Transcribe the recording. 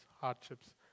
hardships